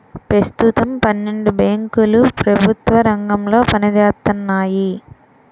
పెస్తుతం పన్నెండు బేంకులు ప్రెభుత్వ రంగంలో పనిజేత్తన్నాయి